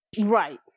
right